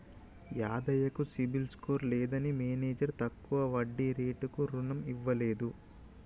యాదయ్య కు CIBIL score లేదని manager తక్కువ వడ్డీ రేటుకు రుణం ఇవ్వలేదు